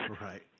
Right